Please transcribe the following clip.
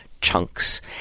chunks